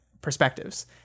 perspectives